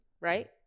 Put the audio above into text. right